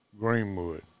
Greenwood